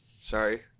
Sorry